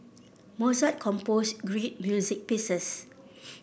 Mozart composed great music pieces